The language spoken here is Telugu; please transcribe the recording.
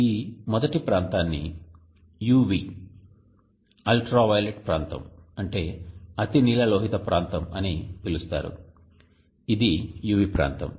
ఈ మొదటి ప్రాంతాన్ని UV అతినీలలోహిత ప్రాంతం అని పిలుస్తారు ఇది UV ప్రాంతం